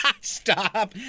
Stop